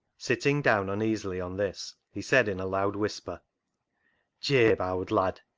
sitting down uneasily on this he said in a loud whisper jabe, owd lad,